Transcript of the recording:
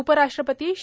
उपराष्ट्रपती श्री